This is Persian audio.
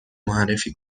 معرفی